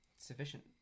sufficient